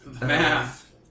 Math